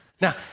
Now